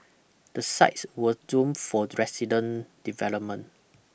the sites were zoned for resident development